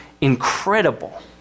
incredible